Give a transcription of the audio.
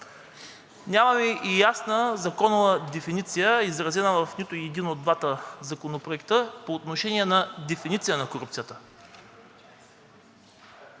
Нямаме ясна законова дефиниция, изразена в нито един от двата законопроекта по отношение на дефиниция на корупцията.